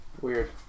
Weird